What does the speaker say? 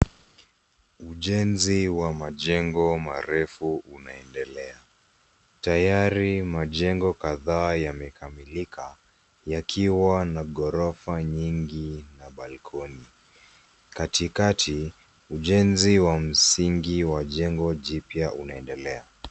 Ujenzi wa majengo marefu unaendelea. Tayari majengo kadhaa yamekamilika yakiwa na ghorofa nyingi na balkoni. Katikati, ujenzi wa msingi wa jengo jipya unaendelea.